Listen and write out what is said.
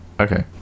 Okay